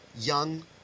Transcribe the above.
young